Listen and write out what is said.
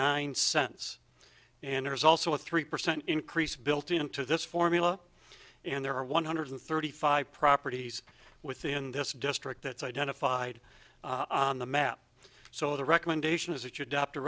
nine cents and there is also a three percent increase built into this formula and there are one hundred thirty five properties within this district that's identified on the map so the recommendation is that you d